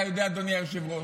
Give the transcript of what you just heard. אתה יודע, אדוני היושב-ראש,